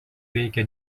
veikia